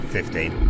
Fifteen